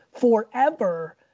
forever